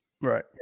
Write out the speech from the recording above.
Right